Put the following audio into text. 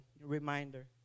reminder